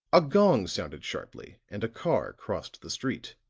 a gong sounded sharply and a car crossed the street.